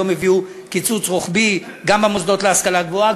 היום הביאו קיצוץ רוחבי גם במוסדות להשכלה גבוהה,